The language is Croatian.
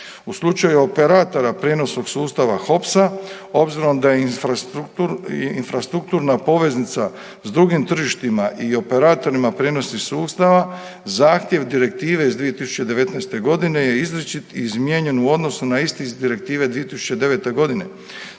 U slučaju operatora prijenosnog sustava HOPS-a, obzirom da je infrastrukturna poveznica s drugim tržištima i operatorima prijenosnih sustava, zahtjev Direktive iz 2019. g. je izričit i izmijenjen u odnosu na isti iz Direktive iz 2009. g.